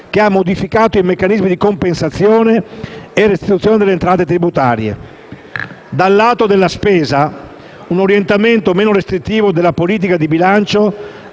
che ha modificato i meccanismi di compensazione e restituzione delle imposte tributarie. Dal lato della spesa, un orientamento meno restrittivo della politica di bilancio